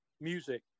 music